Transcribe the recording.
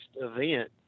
event